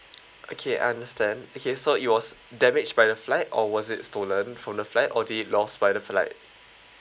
okay I understand okay so it was damaged by the flight or was it stolen from the flight or did it lost by the flight